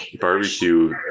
barbecue